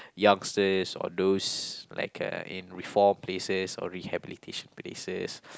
youngsters or those like a in reform places or rehabilitation places